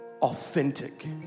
authentic